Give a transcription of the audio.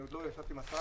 עוד לא ישבתי עם השרה.